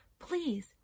please